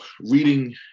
reading